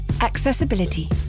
Accessibility